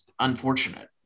unfortunate